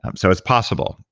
um so it's possible.